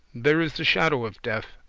there is the shadow of death.